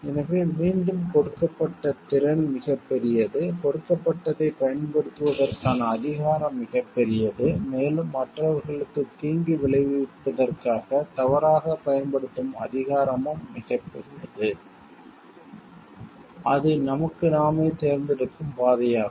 எனவே மீண்டும் கொடுக்கப்பட்ட திறன் மிகப்பெரியது கொடுக்கப்பட்டதைப் பயன்படுத்துவதற்கான அதிகாரம் மிகப்பெரியது மேலும் மற்றவர்களுக்கு தீங்கு விளைவிப்பதற்காக தவறாகப் பயன்படுத்தும் அதிகாரமும் மிகப்பெரியது அது நமக்கு நாமே தேர்ந்தெடுக்கும் பாதையாகும்